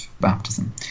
baptism